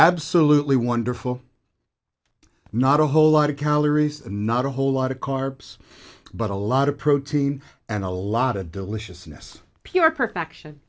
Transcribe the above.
absolutely wonderful not a whole lot of calories not a whole lot of carbs but a lot of protein and a lot of deliciousness pure perfection